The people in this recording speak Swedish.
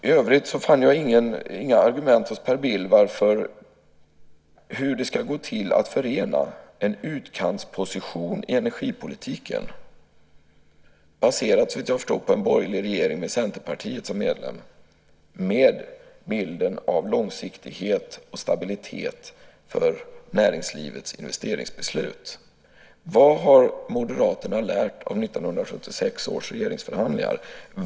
I övrigt fann jag inga argument hos Per Bill om hur det ska gå till att förena en utkantsposition i energipolitiken, baserad såvitt jag förstår på en borgerlig regering med Centerpartiet som medlem, med bilden av långsiktighet och stabilitet för näringslivets investeringsbeslut. Vad har Moderaterna lärt av 1976 års regeringsförhandlingar?